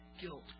guilt